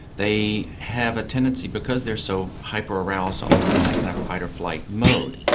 they have a tendency, because they are so hyper-aroused all the time in that kind of fight or flight mode,